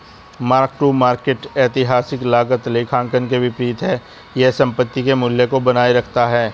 mark to market ऐतिहासिक लागत लेखांकन के विपरीत है यह संपत्ति के मूल्य को बनाए रखता है